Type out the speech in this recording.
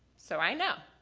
so i know.